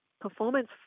performance